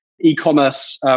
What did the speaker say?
E-commerce